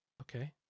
Okay